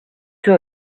too